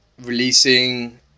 releasing